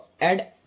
add